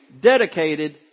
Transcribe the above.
dedicated